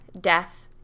death